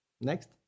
Next